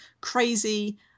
crazy